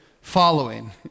following